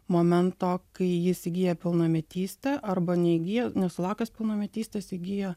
momento kai jis įgyja pilnametystę arba neįgyja nesulaukęs pilnametystės įgyja